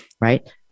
right